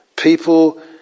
People